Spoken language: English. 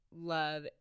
love